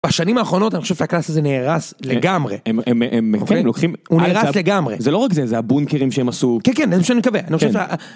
בשנים האחרונות אני חושב שהקלאס הזה נהרס לגמרי, הוא נהרס לגמרי, זה לא רק זה, זה הבונקרים שהם עשו, כן כן, זה מה שאני מתכוון, אני חושב שה...